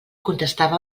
contestava